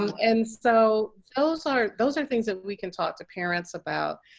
and so those are those are things we can talk to parents about.